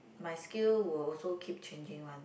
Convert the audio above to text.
my skill will also keep changing one